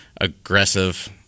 aggressive